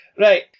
Right